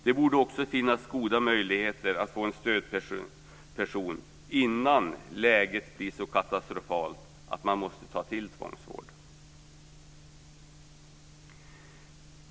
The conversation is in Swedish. Det borde också finnas goda möjligheter att få en stödperson innan läget blir så katastrofalt att man måste ta till tvångsvård.